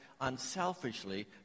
unselfishly